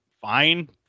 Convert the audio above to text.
fine